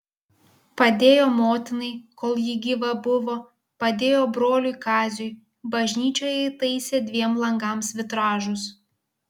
padėjo motinai kol ji gyva buvo padėjo broliui kaziui bažnyčioje įtaisė dviem langams vitražus